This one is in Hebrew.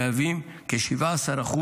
והאלימות בחברה הערבית, 16 תקנים, המהווים כ-17%,